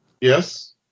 Yes